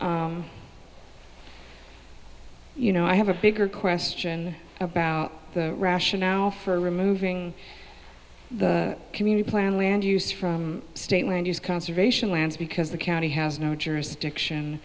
you know i have a bigger question about the rationale for removing the community plan land use from state land use conservation lands because the county has no jurisdiction